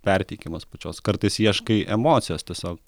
perteikimas pačios kartais ieškai emocijos tiesiog